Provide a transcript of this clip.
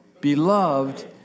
beloved